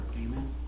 Amen